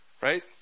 right